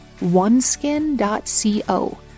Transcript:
oneskin.co